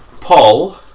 Paul